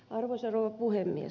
arvoisa rouva puhemies